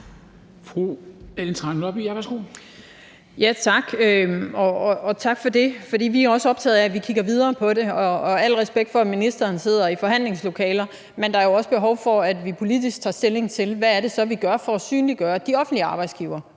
tak for det. Vi er også optagede af, at vi kigger videre på det. Og al respekt for, at ministeren sidder i forhandlingslokaler, men der er jo også behov for, at vi politisk tager stilling til, hvad det så er, vi gør for at synliggøre, at de offentlige arbejdsgivere,